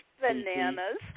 Bananas